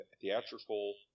theatrical